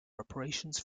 reparations